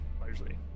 largely